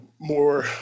more